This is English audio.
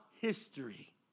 history